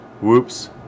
Whoops